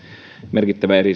merkittävä